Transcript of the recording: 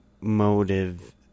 motive